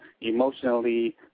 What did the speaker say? emotionally